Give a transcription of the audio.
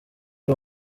ari